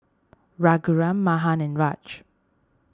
Raghuram Mahan and Raj